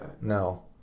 No